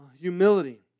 humility